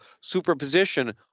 superposition